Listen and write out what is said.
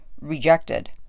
rejected